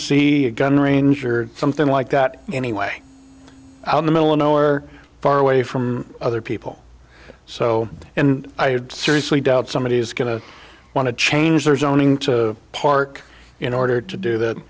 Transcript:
see a gun range or something like that anyway out in the middle of nowhere far away from other people so and i seriously doubt somebody is going to want to change their zoning to park in order to do th